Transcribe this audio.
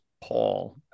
Paul